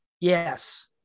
Yes